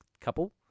couple